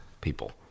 people